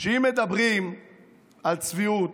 שאם מדברים על צביעות,